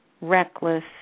reckless